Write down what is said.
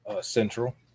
Central